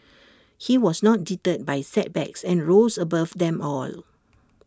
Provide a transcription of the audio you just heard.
he was not deterred by setbacks and rose above them all